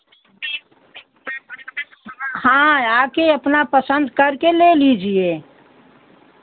हाँ आके अपना पसंद करके ले लीजिए